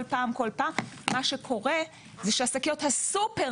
מה שקורה - השקיות הסופר